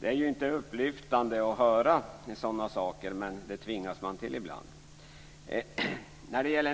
Det är inte upplyftande att höra sådana saker, men det tvingas man till ibland.